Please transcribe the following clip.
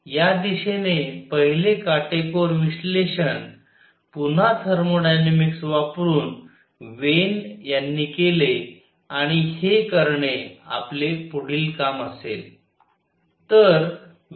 या दिशेने पहिले काटेकोर विश्लेषण पुन्हा थर्मोडायनामिक्स वापरुन वेन यांनी केले आणि हे करणे आपले पुढील काम असेल